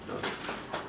now okay